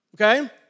Okay